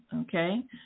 okay